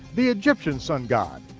the egyptian sun-god,